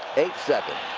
eight seconds.